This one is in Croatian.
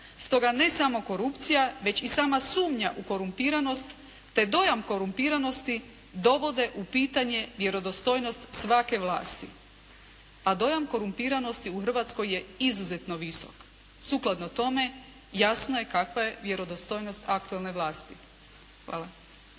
Stoga ne samo korupcija već i sama sumnja u korumpiranost te dojam korumpiranosti dovode u pitanje vjerodostojnost svake vlasti.» A dojam korumpiranosti u Hrvatskoj je izuzetno visok. Sukladno tome jasno je kakva je vjerodostojnost aktualne vlasti. Hvala.